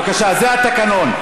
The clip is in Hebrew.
בבקשה, זה התקנון.